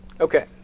Okay